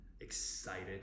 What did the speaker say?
excited